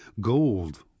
Gold